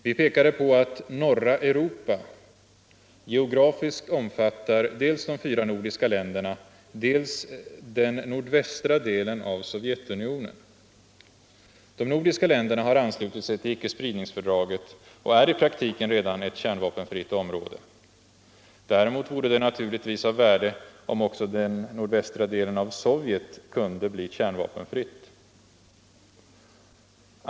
Vi pekade på att ”norra Europa” geografiskt omfattar dels de fyra nordiska länderna, dels den nordvästra delen av Sovjetunionen.-De nordiska länderna har anslutit sig till icke-spridningsfördraget och är i praktiken redan ett kärnvapenfritt område. Däremot vore det naturligtvis av värde om också den nordvästra delen av Sovjet kunde bli kärnvapenfritt område.